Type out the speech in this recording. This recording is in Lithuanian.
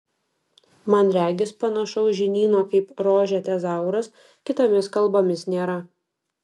man regis panašaus žinyno kaip rože tezauras kitomis kalbomis nėra